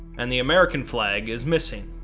and the american flag is missing.